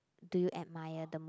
do you admire the most